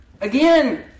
again